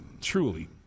truly